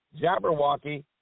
jabberwocky